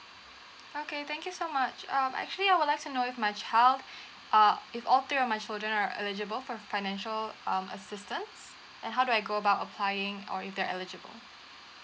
okay thank you so much um actually I would like to know if my child uh if all three of my children are eligible for financial um assistance and how do I go about applying or if they're eligible